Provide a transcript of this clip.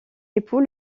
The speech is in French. époux